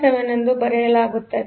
7 ಎಂದು ಬರೆಯಲಾಗುತ್ತದೆ